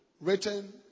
written